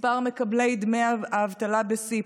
מספר מקבלי דמי אבטלה בשיא,